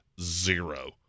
zero